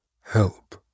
Help